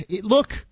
look